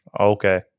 Okay